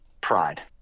Pride